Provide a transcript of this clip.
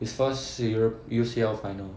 his first U_C_L final